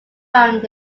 around